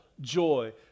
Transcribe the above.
joy